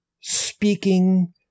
speaking